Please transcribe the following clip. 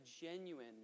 genuine